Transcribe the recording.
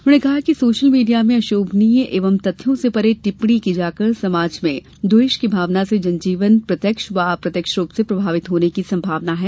उन्होंने कहा कि सोषल मीडिया में अशोभनीय एवं तथ्यों से परे टिप्पणी की जाकर समाज में विद्वेष की भावना से जनजीवन प्रत्यक्ष व अप्रत्यक्ष रूप से प्रभावित होने की संभावना है